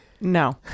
no